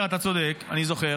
תזכיר